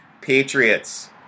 Patriots